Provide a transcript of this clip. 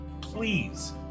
please